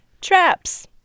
Traps